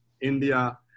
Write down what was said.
India